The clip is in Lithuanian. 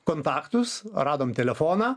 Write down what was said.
kontaktus radom telefoną